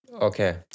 Okay